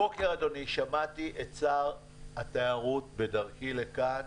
הבוקר שמעתי את שר התיירות בדרכי לכאן,